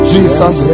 Jesus